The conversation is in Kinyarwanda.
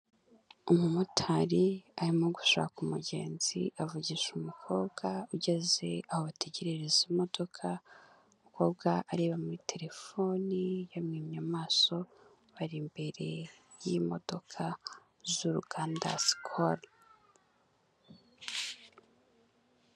Umumotari arimo gushaka umugenzi avugisha umukobwa ugeze aho abategereza imodoka, umukobwa areba muri telefoni yamwimye amaso bari imbere y'imodoka z'urukanda sikolu.